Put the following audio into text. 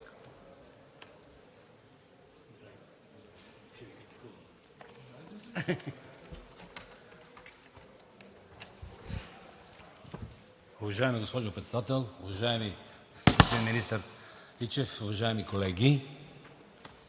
Уважаема госпожо Председател, уважаеми господин Министър, уважаеми колеги!